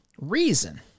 reason